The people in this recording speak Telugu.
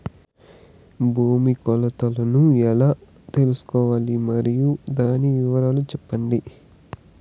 భూమి కొలతలను ఎలా తెల్సుకోవాలి? మరియు దాని వివరాలు సెప్పండి?